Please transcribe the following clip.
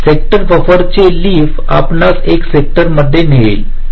तर सेक्टर बफरचे लेअफआपणास एका सेक्टर मध्ये नेईल